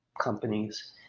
Companies